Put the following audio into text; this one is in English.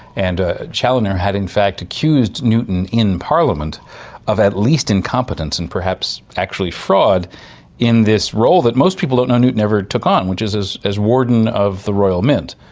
and ah chaloner had in fact accused newton in parliament of at least incompetence and perhaps actually fraud in this role that most people don't know newton ever took on, which is is as warden of the royal mint.